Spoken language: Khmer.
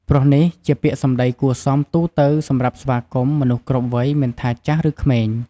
ព្រោះនេះជាពាក្យសម្ដីគួរសមទូទៅសម្រាប់ស្វាគមន៍មនុស្សគ្រប់វ័យមិនថា ចាស់ ឬក្មេង។